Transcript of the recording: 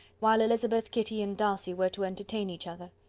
while elizabeth, kitty, and darcy were to entertain each other.